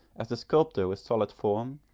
as the sculptor with solid form,